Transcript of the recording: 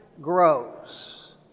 grows